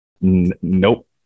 nope